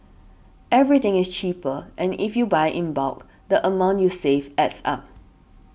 everything is cheaper and if you buy in bulk the amount you save adds up